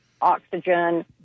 oxygen